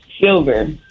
Silver